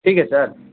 ٹھیک ہے سر